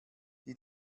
die